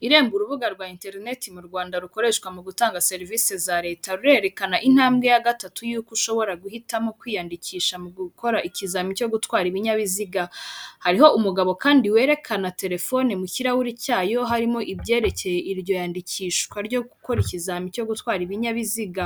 Irembo urubuga rwa interineti mu Rwanda rukoreshwa mu gutanga serivisi za leta rurerekana intambwe ya gatatu y'uko ushobora guhitamo kwiyandikisha mu gukora ikizami cyo gutwara ibinyabiziga, hariho umugabo kandi werekana terefone mu kirahuri cyayo harimo ibyerekeye iryo yandikishwa ryo gukora ikizami cyo gutwara ibinyabiziga